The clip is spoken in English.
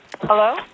Hello